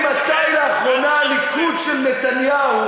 מתי לאחרונה הליכוד של נתניהו,